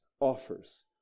offers